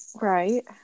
right